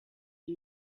and